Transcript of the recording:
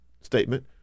statement